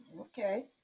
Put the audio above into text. Okay